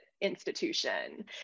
institution